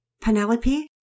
Penelope